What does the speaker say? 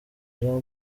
jean